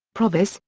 provis,